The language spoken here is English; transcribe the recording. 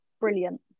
brilliant